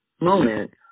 moment